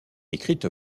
écrite